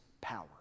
power